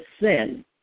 sin